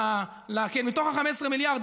מתוך ה-15 מיליארד,